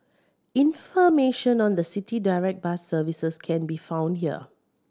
information on the City Direct bus services can be found here